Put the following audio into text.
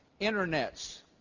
internets